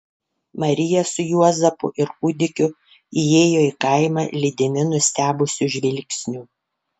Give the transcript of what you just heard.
marija su juozapu ir kūdikiu įėjo į kaimą lydimi nustebusių žvilgsnių